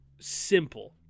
simple